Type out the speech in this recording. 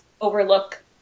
overlook